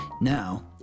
now